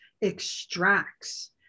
extracts